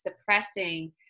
suppressing